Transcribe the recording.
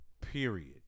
period